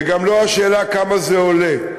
וגם לא השאלה כמה זה עולה.